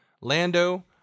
Lando